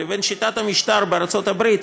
לבין שיטת המשטר בארצות הברית,